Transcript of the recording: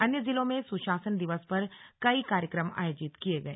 अन्य जिलों में सुशासन दिवस पर कई कार्यक्रम आयोजित किये गए